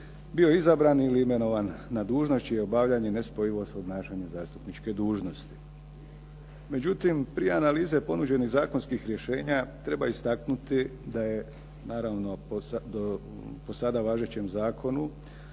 bio izabran ili imenovan na dužnost čije je obavljanje ne spojivo sa obnašanjem zastupničke dužnosti. Međutim, prije analize ponuđenih zakonskih rješenja treba istaknuti naravno da je sada po važećem zakonu